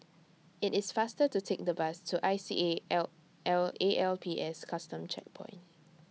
IT IS faster to Take The Bus to I C A L L A L P S Custom Checkpoint